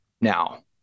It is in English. now